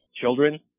children